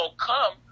come